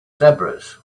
zebras